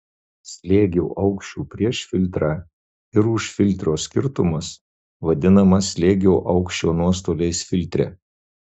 slėgio aukščių prieš filtrą ir už filtro skirtumas vadinamas slėgio aukščio nuostoliais filtre